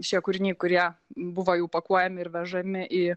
šie kūriniai kurie buvo jau pakuojami ir vežami į